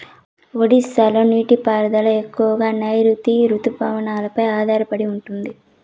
ఒడిశాలో నీటి సరఫరా ఎక్కువగా నైరుతి రుతుపవనాలపై ఆధారపడి ఉంటుంది